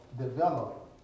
develop